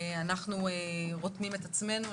אנחנו רותמים את עצמנו.